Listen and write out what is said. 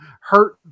hurt